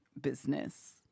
business